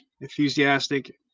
Enthusiastic